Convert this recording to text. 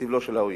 לסבלו של האויב,